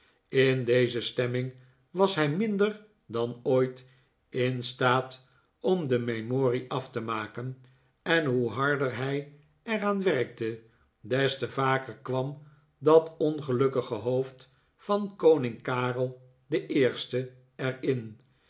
in deze stemming was hij minder dan ooit in staat om de memorie af te maken en hoe harder hij er aan werkte des te vaker kwam dat ongelukkige hodfd van koning karel den eersten er